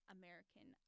american